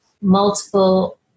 multiple